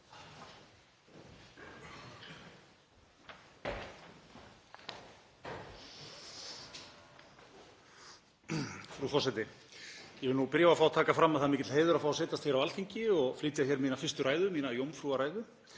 Frú forseti. Ég vil nú byrja á að fá að taka fram að það er mikill heiður að fá að setjast hér á Alþingi og flytja mína fyrstu ræðu, mína jómfrúrræðu.